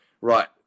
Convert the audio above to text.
right